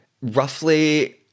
roughly